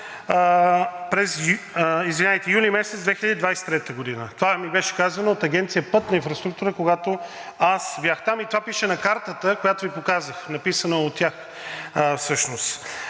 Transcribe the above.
през месец юни 2023 г. Това ми беше казано от Агенция „Пътна инфраструктура“, когато аз бях там и това пише на картата, която Ви показах – написано е от тях всъщност.